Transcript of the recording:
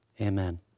Amen